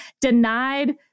denied